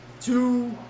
Two